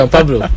Pablo